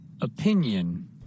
Opinion